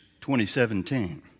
2017